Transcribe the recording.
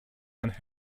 and